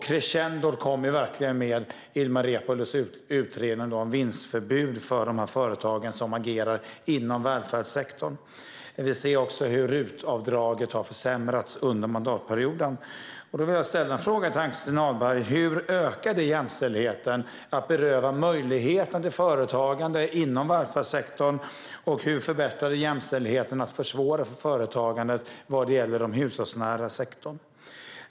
Crescendot kom verkligen med Ilmar Reepalus utredning om vinstförbud för de företag som agerar inom välfärdssektorn. Vi har också sett att RUT-avdraget har försämrats under mandatperioden. Då vill jag ställa frågan till Ann-Christin Ahlberg: Hur ökar det jämställdheten att beröva möjligheterna till företagande inom välfärdssektorn? Hur förbättrar det jämställdheten att försvåra för företagande vad gäller den hushållsnära sektorn?